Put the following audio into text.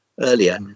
earlier